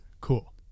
Cool